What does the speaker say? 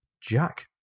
Jack